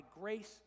grace